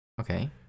okay